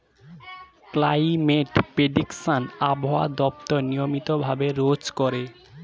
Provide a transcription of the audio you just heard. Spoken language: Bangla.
ক্লাইমেট প্রেডিকশন আবহাওয়া দপ্তর নিয়মিত ভাবে রোজ করে